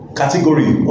category